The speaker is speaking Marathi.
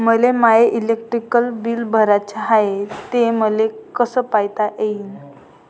मले माय इलेक्ट्रिक बिल भराचं हाय, ते मले कस पायता येईन?